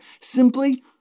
simply